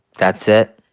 that's it.